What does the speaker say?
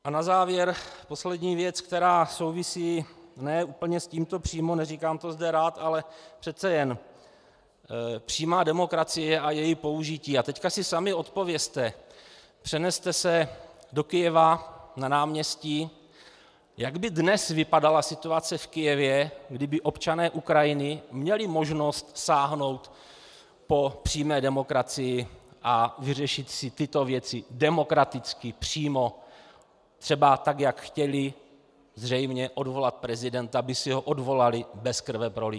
A na závěr poslední věc, která souvisí ne úplně s tímto přímo, neříkám to zde rád, ale přece jen, přímá demokracie a její použití, a teď si sami odpovězte, přeneste se do Kyjeva na náměstí, jak by dnes vypadala situace v Kyjevě, kdyby občané Ukrajiny měli možnost sáhnout po přímé demokracii a vyřešit si tyto věci demokraticky přímo, třeba tak, jak chtěli, zřejmě odvolat prezidenta, by si ho odvolali bez krveprolití.